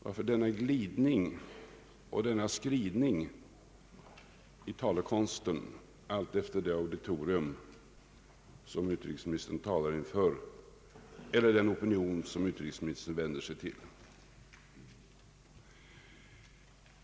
Varför denna glidning och denna skridning i talekonsten alltefter det auditorium som utrikesministern talar inför eller den opinion som utrikesministern vänder sig till?